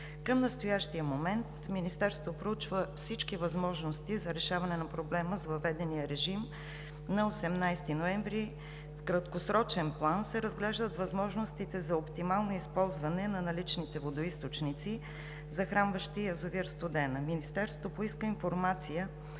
Към настоящия момент Министерството проучва всички възможности за решаване на проблема с въведения режим. На 18 ноември в краткосрочен план се разглеждат възможностите за оптимално използване на наличните водоизточници, захранващи язовир „Студена“. Министерството поиска информация